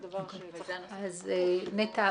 נטע,